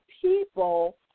people